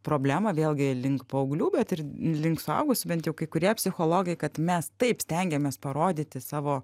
problemą vėlgi link paauglių bet ir link suaugusių bent jau kai kurie psichologai kad mes taip stengiamės parodyti savo